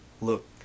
Look